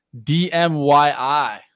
DMYI